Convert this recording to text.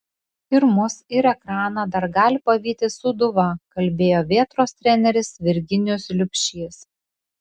ir mus ir ekraną dar gali pavyti sūduva kalbėjo vėtros treneris virginijus liubšys